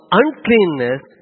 uncleanness